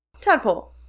Tadpole